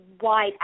wide